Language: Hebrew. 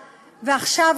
ועכשיו,